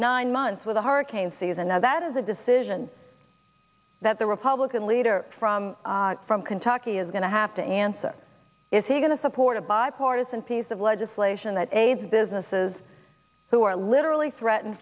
nine months with a hurricane season now that is a decision that the republican leader from from kentucky is going to have to answer is he going to support a bipartisan piece of legislation that aids businesses who are literally threatened